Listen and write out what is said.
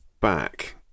back